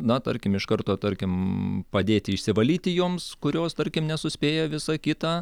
na tarkim iš karto tarkim padėti išsivalyti joms kurios tarkim nesuspėja visa kita